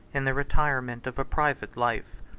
in the retirement of a private life.